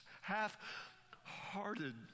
half-hearted